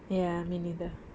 ya me neither